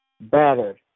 battered